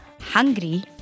hungry